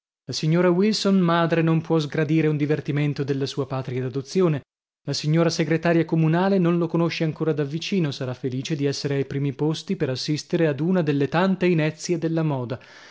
la signora wilson madre non può sgradire un divertimento della sua patria d'adozione la signora segretaria comunale non lo conosce ancora da vicino sarà felice di essere ai primi posti per assistere ad una delle tante inezie della moda